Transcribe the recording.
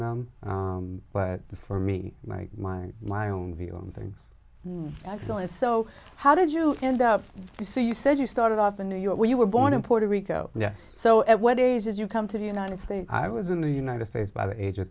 them but for me my my my own view of things actually is so how did you end up so you said you started off in new york when you were born in puerto rico so at what age did you come to the united states i was in the united states by the age of